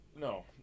no